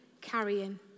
carrying